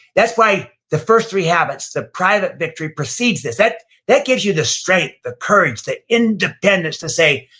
that's why the first three habits, the private victory precedes this. that that gives you the strength, the courage, the independence to say,